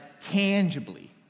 tangibly